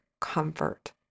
comfort